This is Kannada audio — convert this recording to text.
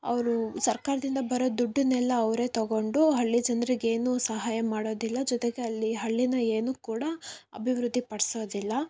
ಅವರು ಸರ್ಕಾರದಿಂದ ಬರೋ ದುಡ್ಡನ್ನೆಲ್ಲ ಅವರೇ ತೊಗೊಂಡು ಹಳ್ಳಿ ಜನ್ರಿಗೆ ಏನೂ ಸಹಾಯ ಮಾಡೋದಿಲ್ಲ ಜೊತೆಗೆ ಅಲ್ಲಿ ಹಳ್ಳಿನ ಏನು ಕೂಡ ಅಭಿವೃದ್ಧಿ ಪಡಿಸೋದಿಲ್ಲ